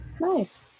Nice